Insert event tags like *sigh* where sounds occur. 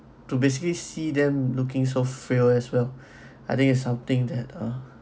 to basically see them looking so frail as well *breath* I think it's something that uh